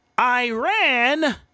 Iran